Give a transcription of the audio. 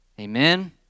Amen